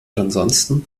ansonsten